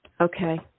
Okay